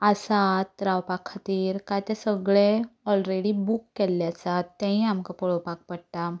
आसात रावपा खातीर काय ते सगळे ओलरेडी बूक केल्ले आसात तेंवूय आमकां पळोवपाक पडटा